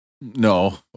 no